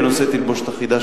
בנושא תלבושת אחידה,